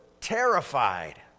terrified